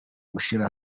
gushyira